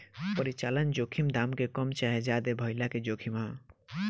परिचालन जोखिम दाम के कम चाहे ज्यादे भाइला के जोखिम ह